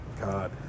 God